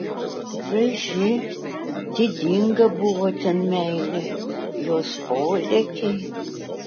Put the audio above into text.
graži didinga buvo ten meilė jos polėkiai